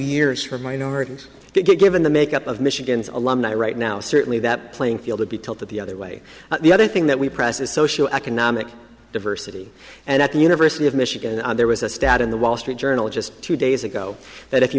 years for minorities given the make up of michigan's alumni right now certainly that playing field to be told that the other way the other thing that we press is social economic diversity and at the university of michigan there was a stat in the wall street journal just two days ago that if you